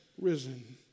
risen